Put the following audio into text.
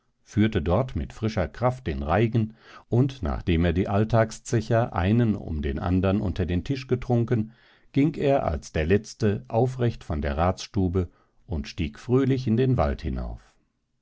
führte dort mit frischer kraft den reigen und nachdem er die alltagszecher einen um den andern unter den tisch getrunken ging er als der letzte aufrecht von der ratsstube und stieg fröhlich in den wald hinauf